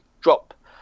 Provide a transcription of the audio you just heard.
drop